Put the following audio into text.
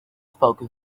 spoke